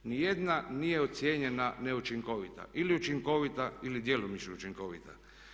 Ni jedna nije ocijenjena neučinkovita ili učinkovita ili djelomično učinkovita.